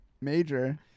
Major